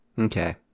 Okay